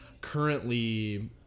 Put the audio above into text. currently